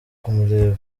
kumureba